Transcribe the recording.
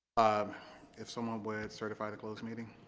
um if someone would certify the closed meeting